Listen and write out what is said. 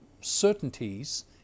certainties